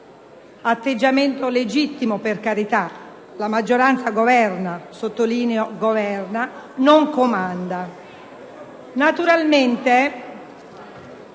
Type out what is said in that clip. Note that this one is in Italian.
Atteggiamento legittimo, per carità! La maggioranza governa (sottolineo che governa, non comanda).